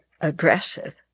aggressive